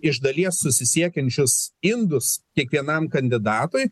iš dalies susisiekiančius indus kiekvienam kandidatui